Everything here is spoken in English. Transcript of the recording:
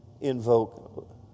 Invoke